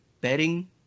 betting